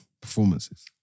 Performances